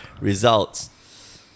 results